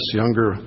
younger